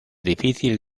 difícil